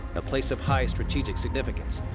a place of high strategic significance,